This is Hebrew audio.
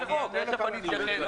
יש גם חוק לניוד מספרים.